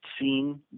seen